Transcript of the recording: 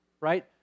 right